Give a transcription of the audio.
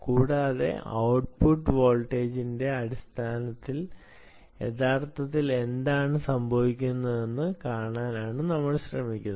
കൂടാതെ ഔട്ട്പുട്ട് വോൾട്ടേജിന്റെ അടിസ്ഥാനത്തിൽ യഥാർത്ഥത്തിൽ എന്താണ് സംഭവിക്കുന്നതെന്ന് കാണാനാണ് നമ്മൾ ശ്രമിക്കുന്നത്